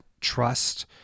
trust